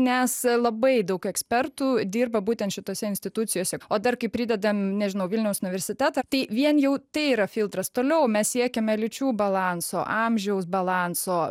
nes labai daug ekspertų dirba būtent šitose institucijose o dar kaip pridedam nežinau vilniaus universitetą tai vien jau tai yra filtras toliau mes siekiame lyčių balanso amžiaus balanso